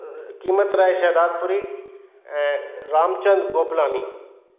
कीमत राय शहदादपुरी ऐं रामचंद गोपलानी